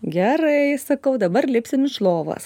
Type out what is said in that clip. gerai sakau dabar lipsim iš lovos